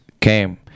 came